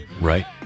Right